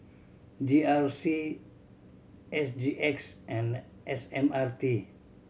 G R C S G X and S M R T